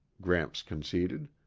gramps conceded.